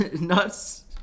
nuts